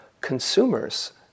consumers